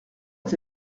est